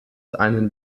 einen